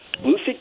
Lucy